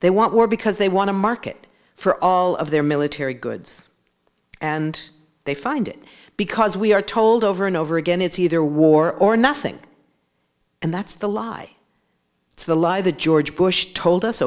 they want war because they want to market for all of their military goods and they find it because we are told over and over again it's either war or nothing and that's the lie it's the lie that george bush told us